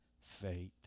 faith